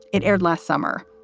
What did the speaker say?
it aired last summer.